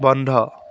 বন্ধ